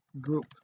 group